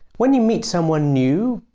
when you meet someone new,